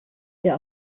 der